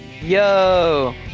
Yo